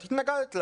את התנגדת לה.